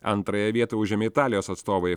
antrąją vietą užėmė italijos atstovai